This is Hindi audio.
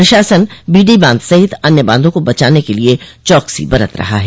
प्रशासन बीडी बांध सहित अन्य बांधों को बचाने के लिए चौकसी बरत रहा है